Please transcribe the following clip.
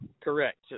Correct